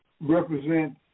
represent